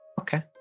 Okay